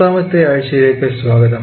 പത്താമത്തെ ആഴ്ചയിലേയ്ക്ക് സ്വാഗതം